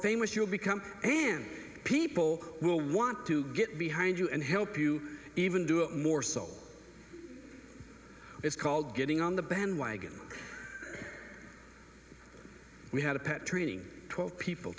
famous you'll become and people will want to get behind you and help you even do it more so it's called getting on the bandwagon we had a pet training twelve people